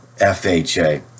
FHA